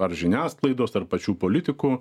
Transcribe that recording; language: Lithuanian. ar žiniasklaidos tarp pačių politikų